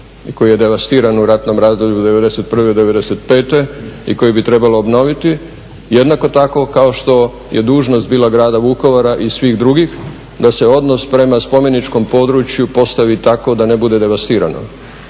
koji je devastiran u ratnom razdoblju '91.-'95. i koji bi trebalo obnoviti, jednako tako kao što je dužnost bila grada Vukovara i svih drugih da se odnos prema spomeničkom području postavi tako da ne bude devastirano.